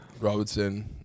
Robertson